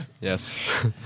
Yes